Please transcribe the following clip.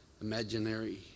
imaginary